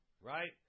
Right